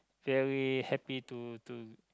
very happy to to